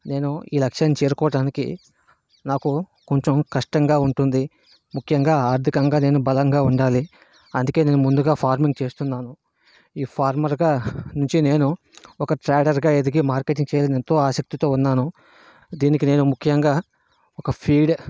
నేను ఈ లక్ష్యం చేరుకోవడానికి నాకు కొంచెం కష్టంగా ఉంటుంది ముఖ్యంగా ఆర్థికంగా నేను బలంగా ఉండాలి అందుకే నేను ముందుగా ఫార్మింగ్ చేస్తున్నాను ఈ ఫార్మర్గా నుంచి నేను ఒక ట్రేడర్గా ఎదిగి మార్కెటింగ్ చేయాలని ఎంతో ఆసక్తితో ఉన్నాను దీనికి నేను ముఖ్యంగా ఒక ఫీడ్